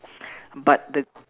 but the